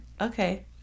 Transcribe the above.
okay